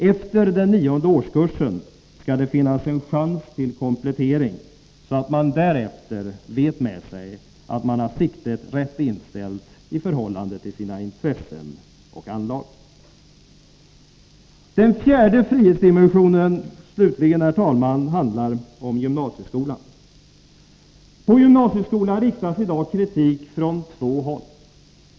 Efter den nionde årskursen skall det finnas en chans till komplettering, så att man därefter vet med sig att man har siktet rätt inställt i förhållande till sina intressen och anlag. Den fjärde frihetsdimensionen slutligen, herr talman, handlar om gymnasieskolan. Mot gymnasieskolan riktas i dag kritik från två håll.